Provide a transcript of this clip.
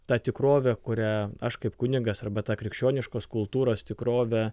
ta tikrovė kurią aš kaip kunigas arba ta krikščioniškos kultūros tikrovė